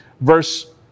verse